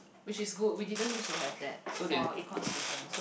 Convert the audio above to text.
which is good we didn't used to have that for econs student